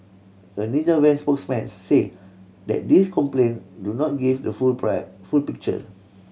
a Ninja Van spokesman say that these complaint do not give the full pride full picture